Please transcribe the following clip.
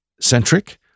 centric